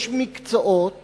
יש מקצועות